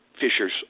fishers